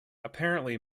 apparently